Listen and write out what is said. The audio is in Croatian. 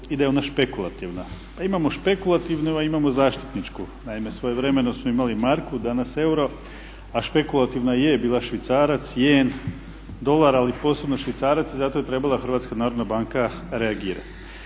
i da je ona špekulativna. Pa imamo špekulativnu, a imamo zaštitničku. Naime, svojevremeno smo imali marku, danas euro, a špekulativna je bila švicarac, jen, dolar ali posebno švicarac i zato je trebala Hrvatska narodna banka reagirati.